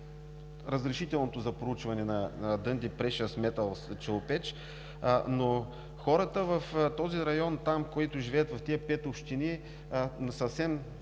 разрешителното за проучване на „Дънди Прешъс Металс Челопеч“ ЕАД, но хората в този район, които живеят в тези пет общини, съвсем